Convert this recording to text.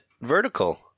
vertical